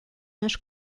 nas